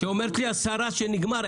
כשאומרת לי השרה שנגמר,